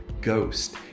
Ghost